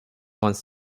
wants